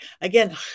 Again